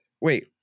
Wait